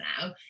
now